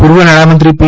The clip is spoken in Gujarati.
પૂર્વ નાણાંમંત્રી પી